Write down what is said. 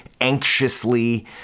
anxiously